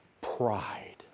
Pride